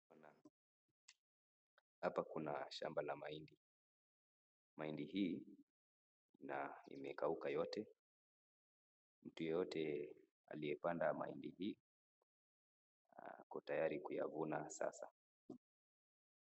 Hapa kuna shamba la mahindi, mahindi hii na imekauka yote mtu yeyote aliyepanda mahindi hii ako tayari kuyavuna sasa.